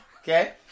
okay